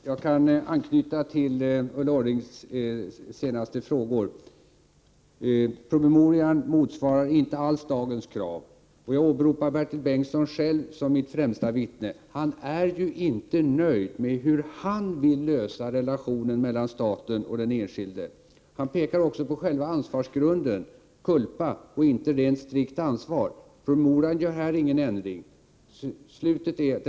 Herr talman! Jag kan anknyta till Ulla Orrings senaste frågor. Promemorian motsvarar inte alls dagens krav. Jag åberopar Bertil Bengtsson själv som mitt främsta vittne. Han är ju inte nöjd, han vill lösa problemet med relationen mellan staten och den enskilde på ett annat sätt. Han pekar också på själva ansvarsgrunden, culpa, och inte rent strikt ansvar. I promemorian görs det i fråga om detta ingen ändring.